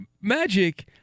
Magic